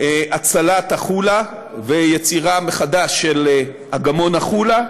הצלת החולה ויצירה מחדש של אגמון החולה,